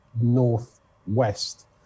north-west